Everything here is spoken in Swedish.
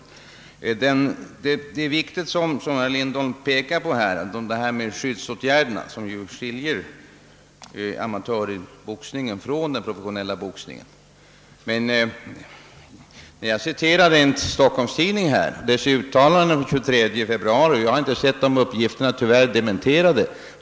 Detta med skyddsåtgärderna, som herr Lindholm pekar på, är viktigt — dessa åtgärder skiljer ju amatörboxningen från den professionella boxningen. Jag citerade emellertid vissa uttalanden i en stockholmstidning den 23 februari, och jag har tyvärr inte sett dessa uppgifter dementerade.